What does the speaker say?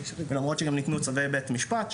למרות שניתנו גם צווי בית משפט,